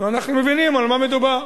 ואנחנו מבינים על מה מדובר.